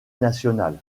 nationale